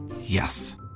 Yes